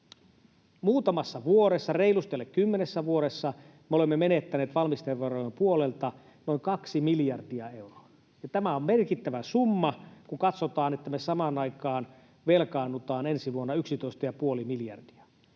Muutamassa vuodessa, reilusti alle kymmenessä vuodessa, me olemme menettäneet valmisteverojen puolelta noin kaksi miljardia euroa. Tämä on merkittävä summa, kun katsotaan, että me samaan aikaan velkaannutaan ensi vuonna yksitoista ja puoli miljardia.